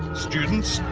students,